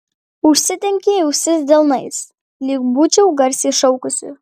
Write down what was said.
užsidengei ausis delnais lyg būčiau garsiai šaukusi